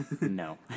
No